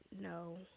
No